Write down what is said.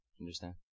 Understand